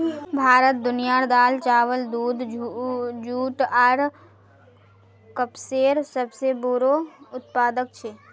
भारत दुनियार दाल, चावल, दूध, जुट आर कपसेर सबसे बोड़ो उत्पादक छे